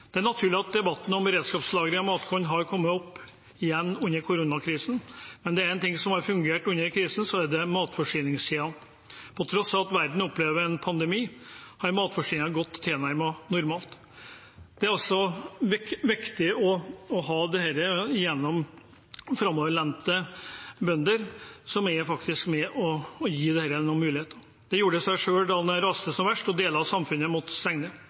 Det er naturlig at debatten om beredskapslagring av matkorn har kommet opp igjen under koronakrisen, men er det én ting som har fungert under krisen, så er det matforsyningskjedene. På tross av at verden opplever en pandemi, har matforsyningen gått tilnærmet normalt. Det er også viktig å ha framoverlente bønder, som faktisk er med på å gi dette noen muligheter. Det gjorde det selv da det raste som verst og deler av samfunnet